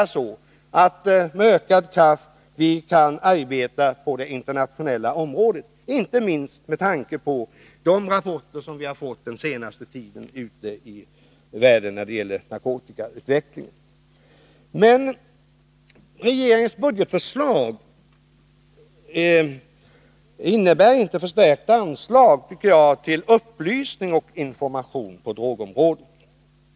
Vi måste också se till att vi med ökad kraft kan arbeta på det internationella området, inte minst med tanke på de rapporter som vi den senaste tiden har fått om narkotikautvecklingen ute i världen. Regeringens budgetförslag innebär inte förstärkta anslag till upplysning och information på drogområdet.